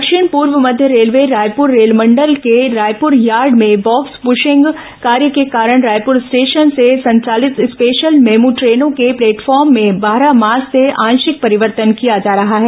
दक्षिण पूर्व मध्य रेलवे रायपुर रेलमंडल के रायपुर यार्ड में बॉक्स पुशिंग कार्य के कारण रायपुर स्टेशन से संचालित स्पेशल मेम देनों के प्लेटफॉर्म में बारह मार्च से आंशिक परिवर्तन किया जा रहा है